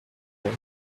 boy